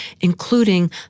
including